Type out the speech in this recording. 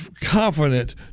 confident